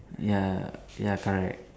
ya ya correct